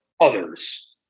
others